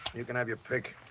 you can have your pick.